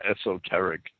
esoteric